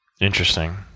Interesting